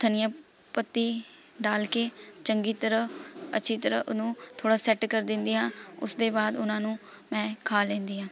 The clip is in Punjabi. ਧਨੀਆ ਪੱਤੇ ਡਾਲ ਕੇ ਚੰਗੀ ਤਰ੍ਹਾਂ ਅੱਛੀ ਤਰ੍ਹਾਂ ਉਹਨੂੰ ਥੋੜ੍ਹਾ ਸੈੱਟ ਕਰ ਦਿੰਦੀ ਹਾਂ ਉਸਦੇ ਬਾਅਦ ਉਹਨਾਂ ਨੂੰ ਮੈਂ ਖਾ ਲੈਂਦੀ ਹਾਂ